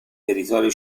territorio